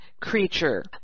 creature